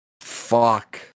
Fuck